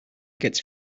gets